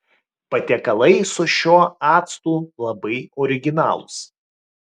patiekalai su šiuo actu labai originalūs